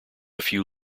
few